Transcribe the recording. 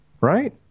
Right